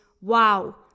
wow